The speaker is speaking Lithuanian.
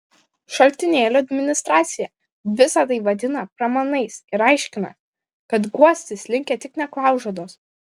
šaltinėlio administracija visa tai vadina pramanais ir aiškina kad guostis linkę tik neklaužados